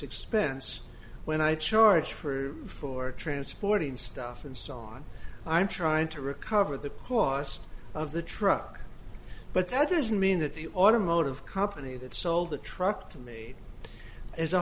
expense when i charge for for transporting stuff and so on i'm trying to recover the cost of the truck but that doesn't mean that the automotive company that sold the truck to me is a